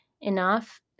enough